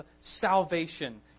salvation